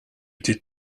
did